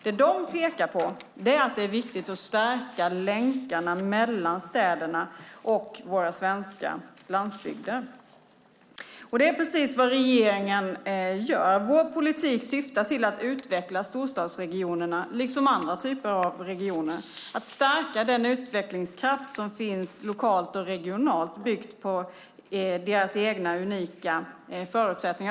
OECD pekar på att det är viktigt att stärka länkarna mellan städerna och våra svenska landsbygder. Det är precis vad regeringen gör. Vår politik syftar till att utveckla storstadsregionerna liksom andra typer av regioner och att stärka den utvecklingskraft som finns lokalt och regionalt byggt på regionernas egna unika förutsättningar.